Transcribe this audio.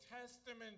Testament